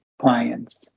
clients